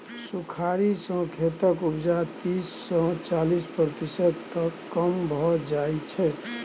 सुखाड़ि सँ खेतक उपजा तीस सँ चालीस प्रतिशत तक कम भए जाइ छै